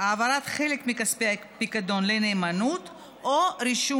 העברת חלק מכספי הפיקדון לנאמנות או רישום